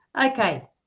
Okay